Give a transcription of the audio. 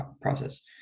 process